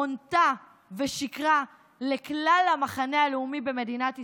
הונתה ושיקרה לכלל המחנה הלאומי במדינת ישראל,